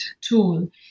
tool